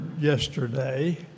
yesterday